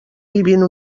vivint